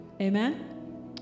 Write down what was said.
amen